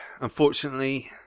Unfortunately